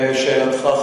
לשאלתך,